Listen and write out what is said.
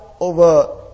over